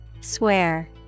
Swear